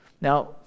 Now